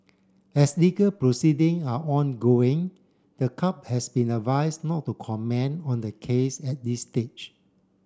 as legal proceeding are ongoing the club has been advised not to comment on the case at this stage